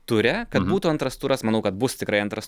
ture kad būtų antras turas manau kad bus tikrai antras